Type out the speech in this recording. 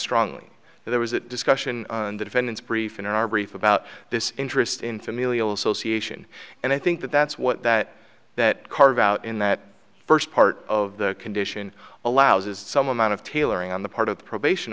strongly there was a discussion on the defendant's brief in our brief about this interest in familial association and i think that that's what that that carve out in that first part of the condition allows is some amount of tailoring on the part of the probation